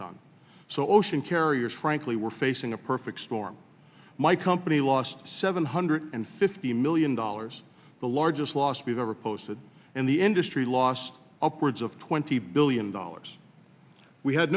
ton so ocean carriers frankly were facing a perfect storm my company lost seven hundred and fifty million dollars the largest loss be the riposte that in the industry lost upwards of twenty billion dollars we had